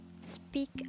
speak